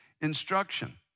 instruction